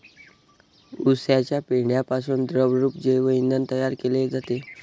उसाच्या पेंढ्यापासून द्रवरूप जैव इंधन तयार केले जाते